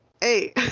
hey